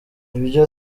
ibyo